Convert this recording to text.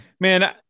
Man